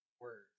words